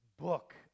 book